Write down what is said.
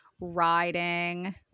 riding